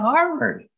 Harvard